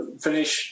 finish